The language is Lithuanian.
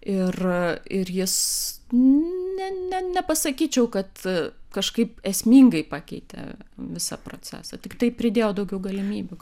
ir ir jis ne ne nepasakyčiau kad kažkaip esmingai pakeitė visą procesą tiktai pridėjo daugiau galimybių